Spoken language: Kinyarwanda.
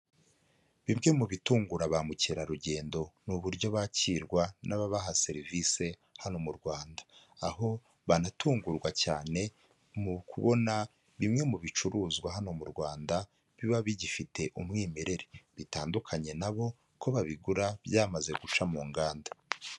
Bimwe mu bitungura ba mukerarugendo ni uburyo bakirwa n'ababaha serivisi hano mu Rwanda aho banatungurwa cyane mu kubona bimwe mu bicuruzwa hano mu Rwanda biba bigifite umwimerere bitandukanye nabo ko babigura byamaze guca mu nganda.